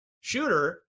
shooter